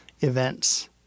events